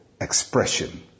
expression